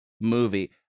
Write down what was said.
movie